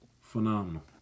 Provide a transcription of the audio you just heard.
Phenomenal